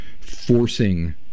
forcing